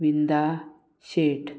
Vinda Shet